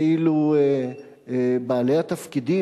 ואילו בעלי התפקידים,